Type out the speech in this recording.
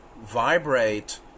vibrate